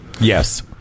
Yes